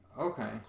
okay